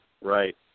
Right